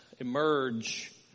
emerge